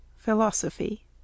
Philosophy